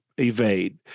evade